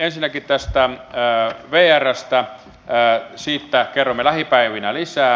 ensinnäkin tästä vrstä siitä kerromme lähipäivinä lisää